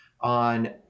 on